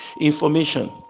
Information